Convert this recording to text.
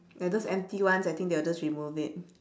ya those empty ones I think they will just remove it